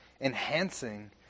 enhancing